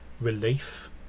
relief